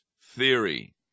theory